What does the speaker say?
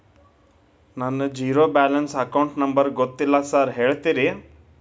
ನನ್ನ zero balance account number ಗೊತ್ತಿಲ್ಲ sir ಹೇಳ್ತೇರಿ?